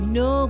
no